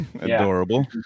Adorable